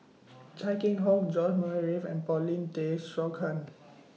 Chia Keng Hock George Murray Reith and Paulin Tay Straughan